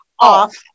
off